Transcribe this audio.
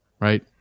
right